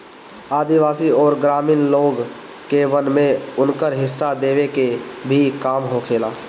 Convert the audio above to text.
आदिवासी अउरी ग्रामीण लोग के वन में उनकर हिस्सा देवे के भी काम होखेला